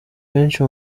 benshi